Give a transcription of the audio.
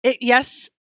Yes